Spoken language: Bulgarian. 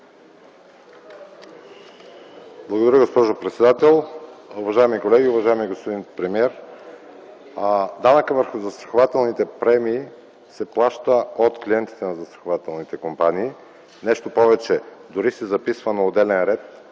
Благодаря, госпожо председател. Уважаеми колеги, уважаеми господин премиер! Данъкът върху застрахователните премии се плаща от клиентите на застрахователните компании. Нещо повече, дори се записва на отделен ред,